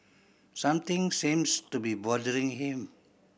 something seems to be bothering him